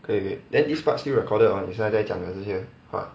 可以可以 then this part still recorded on 你现在在讲这些话